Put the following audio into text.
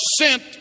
sent